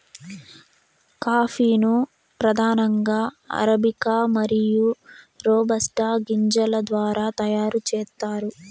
coffee ను ప్రధానంగా arabica మరియు రోబస్టా గింజల ద్వారా తయారు చేత్తారు